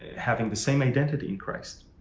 having the same identity in christ.